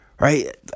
right